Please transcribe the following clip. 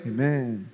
Amen